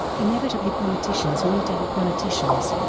inevitably politicians meet other politicians.